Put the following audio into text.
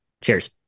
cheers